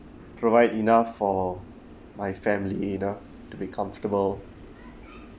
provide enough for my family you know to be comfortable